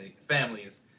families